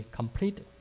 complete